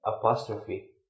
Apostrophe